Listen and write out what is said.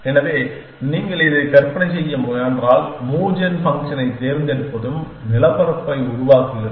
எனவே நீங்கள் இதை கற்பனை செய்ய முயன்றால் மூவ் ஜென் ஃபங்க்ஷனைத் தேர்ந்தெடுப்பதும் நிலப்பரப்பை உருவாக்குகிறது